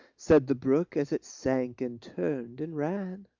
said the brook, as it sank and turned and ran.